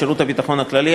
שירות הביטחון הכללי,